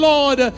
Lord